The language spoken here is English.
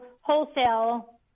wholesale